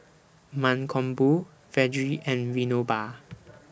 Mankombu Vedre and Vinoba